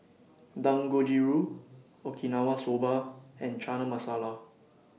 Dangojiru Okinawa Soba and Chana Masala